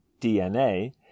DNA